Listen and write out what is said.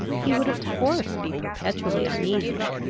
he would of course be perpetually uneasy,